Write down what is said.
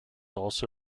also